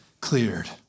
cleared